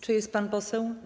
Czy jest pan poseł?